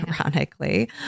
Ironically